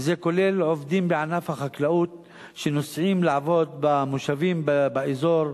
וזה כולל עובדים בענף החקלאות שנוסעים לעבוד במושבים באזור,